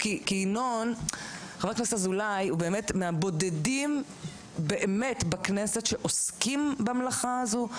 חבר הכנסת אזולאי הוא מהבודדים בכנסת שעוסקים במלאכה הזאת,